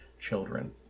children